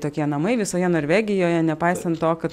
tokie namai visoje norvegijoje nepaisant to kad